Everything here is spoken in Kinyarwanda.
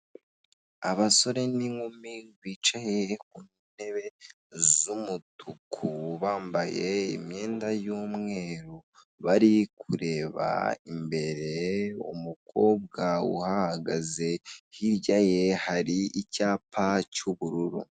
Abasore n'inkumi bicaye ku ntebe z'umutuku bambaye imyenda y'umweru bari kureba imbere, umukobwa uhahagaze hirya ye hari icyapa cy'ubururu.